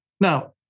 Now